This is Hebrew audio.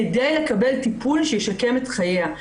כדי לקבל טיפול שישקם את חייה.